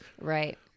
Right